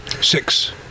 Six